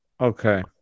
okay